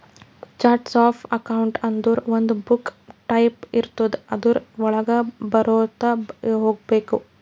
charts of accounts ಅಂದುರ್ ಒಂದು book type ಇರ್ತುದ್ ಅದುರ್ ವಳಾಗ ಬರ್ಕೊತಾ ಹೋಗ್ಬೇಕ್